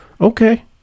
Okay